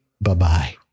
Bye-bye